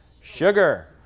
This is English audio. Sugar